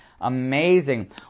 Amazing